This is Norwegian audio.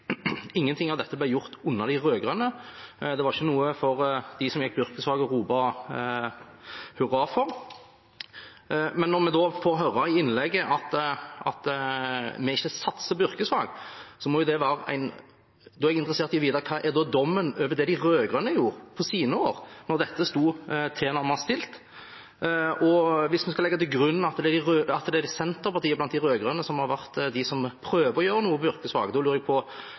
Ingenting av dette ble gjort under de rød-grønne. For dem som gikk på yrkesfag, var det ikke noe å rope hurra for. Når vi da får høre i innlegget at vi ikke satser på yrkesfag, er jeg interessert i å vite: Hva er da dommen over det de rød-grønne gjorde i løpet av sine år, da dette sto tilnærmet stille? Og hvis vi skal legge til grunn at det er Senterpartiet blant de rød-grønne som prøver å gjøre noe for yrkesfagene, lurer jeg på: Var det Arbeiderpartiet eller SV som var bremseklossen i de